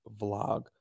vlog